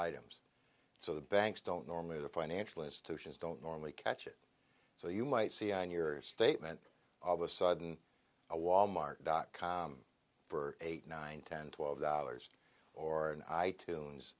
items so the banks don't normally the financial institutions don't normally catch it so you might see on your statement of a sudden a walmart dot com for eight nine ten twelve dollars or i tunes